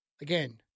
Again